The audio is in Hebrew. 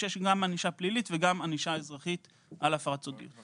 שיש גם ענישה פלילית וגם ענישה אזרחית על הפרת סודיות.